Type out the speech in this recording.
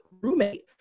roommate